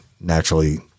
naturally